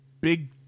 big